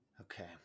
Okay